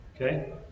Okay